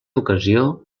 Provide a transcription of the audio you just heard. ocasió